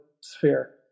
sphere